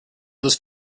this